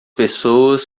pessoas